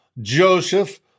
Joseph